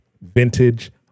vintage